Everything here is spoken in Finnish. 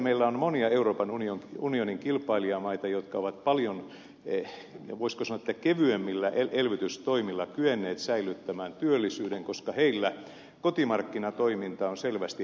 meillä on monia euroopan unionin kilpailijamaita jotka ovat paljon voisiko sanoa kevyemmillä elvytystoimilla kyenneet säilyttämään työllisyyden koska niissä kotimarkkinatoiminta on selvästi hallitsevampaa